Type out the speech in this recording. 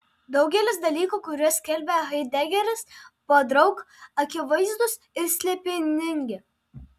daugelis dalykų kuriuos skelbia haidegeris podraug akivaizdūs ir slėpiningi